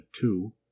two